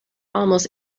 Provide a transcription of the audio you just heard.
almost